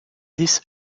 this